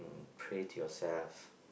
pray to yourself